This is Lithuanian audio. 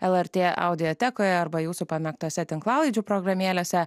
lrt audiotekoje arba jūsų pamėgtose tinklalaidžių programėlėse